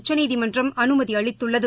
உச்சநீதிமன்றம் அனுமதி அளித்துள்ளது